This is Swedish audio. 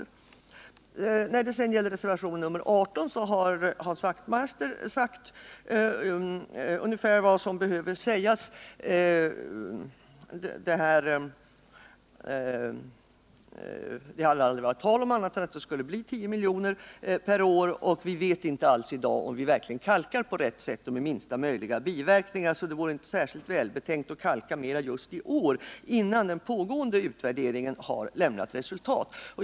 När det sedan gäller reservationen 18 har Hans Wachtmeister sagt ungefär vad som behöver sägas. Det har aldrig varit tal om annat än att det anslaget skulle bli 10 milj.kr. per år. Vi vet inte i dag om vi verkligen kalkar på rätt sätt och med minsta möjliga biverkningar, så det vore inte särskilt välbetänkt att kalka mer just i år, innan den pågående utvärderingen har lämnat resultat.